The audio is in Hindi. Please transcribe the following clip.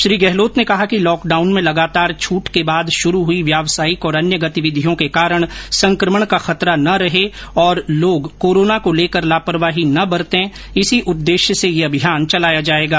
श्री गहलोत ने कहा कि लॉकडाउन में लगातार छूट के बाद शुरू हुई व्यावसायिक और अन्य गतिविधियों के कारण संक्रमण का खतरा नहीं रहे और लोग कोरोना को लेकर लापरवाही नहीं बरते इसी उद्देश्य से यह अभियान चलाया जाएगा